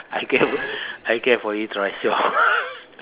I get I get for you trishaw